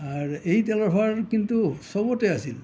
আৰু এই তেলৰ ভাৰ কিন্তু চবতে আছিল